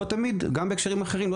גם בהקשרים אחרים,